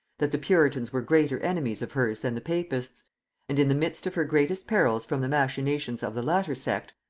that the puritans were greater enemies of hers than the papists and in the midst of her greatest perils from the machinations of the latter sect,